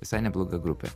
visai nebloga grupė